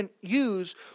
use